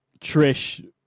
Trish